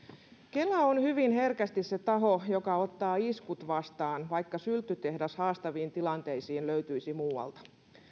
kela on hyvin herkästi se taho joka ottaa iskut vastaan vaikka sylttytehdas haastaviin tilanteisiin löytyisi muualta